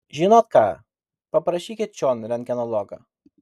žinot ką paprašykite čion rentgenologą